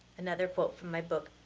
another quote from my book,